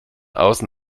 außen